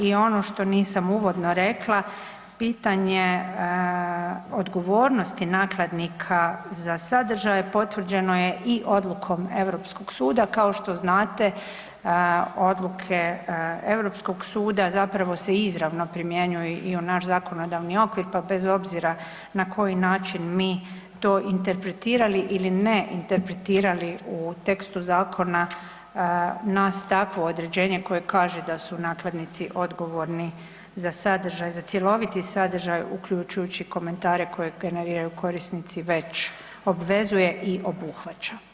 I ono što nisam uvodno rekla, pitanje odgovornosti nakladnika za sadržaje potvrđeno je i odlukom Europskog suda, kao što znate odluke Europskog suda zapravo se izravno primjenjuju i u naš zakonodavni okvir pa bez obzira na koji način mi to interpretirali ili ne interpretirali u tekstu zakona nas takvo određenje koje kaže da su nakladnici odgovorni za sadržaj, za cjeloviti sadržaj uključujući i komentare koje generiraju korisnici već obvezuje i obuhvaća.